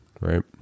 right